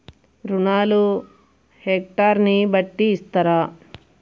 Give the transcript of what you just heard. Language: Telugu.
రుణాలు హెక్టర్ ని బట్టి ఇస్తారా?